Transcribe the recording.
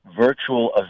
virtual